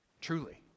truly